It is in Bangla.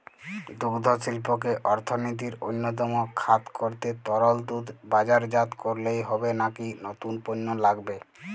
দুগ্ধশিল্পকে অর্থনীতির অন্যতম খাত করতে তরল দুধ বাজারজাত করলেই হবে নাকি নতুন পণ্য লাগবে?